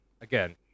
Again